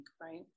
right